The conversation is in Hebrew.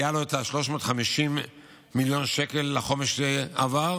היה לו 350 מיליון שקל, לחומש שעבר.